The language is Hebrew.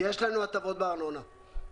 יש לנו הטבות בארנונה.